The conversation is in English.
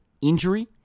injury